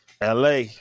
LA